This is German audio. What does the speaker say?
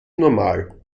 normal